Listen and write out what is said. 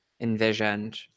envisioned